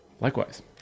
Likewise